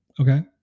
Okay